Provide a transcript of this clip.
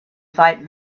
fight